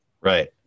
right